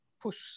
push